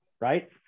right